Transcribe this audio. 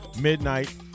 midnight